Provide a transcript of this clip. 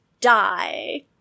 die